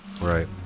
Right